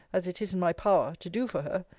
as it is in my power, to do for her,